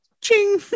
Ching